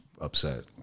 upset